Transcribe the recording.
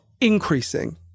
increasing